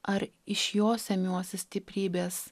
ar iš jo semiuosi stiprybės